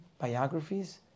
biographies